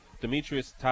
Demetrius